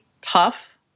tough